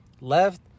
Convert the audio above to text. left